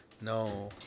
No